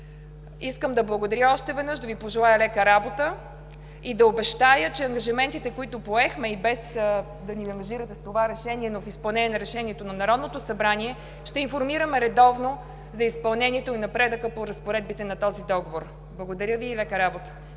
Искам да благодаря още веднъж, да Ви пожелая лека работа и да обещая, че ангажиментите, които поехме и без да ни ангажирате с това решение, но в изпълнение на Решението на Народното събрание, ще информираме редовно за изпълнението и напредъка по разпоредбите на този договор. Благодаря Ви и лека работа!